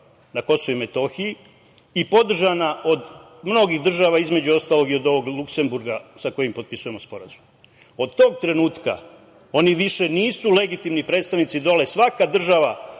na KiM, i podržana od mnogih država, između ostalog, i od ovog Luksenburga, sa kojim potpisujemo sporazum. Od tog trenutka oni više nisu legitimni predstavnici dole, svaka država